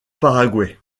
paraguay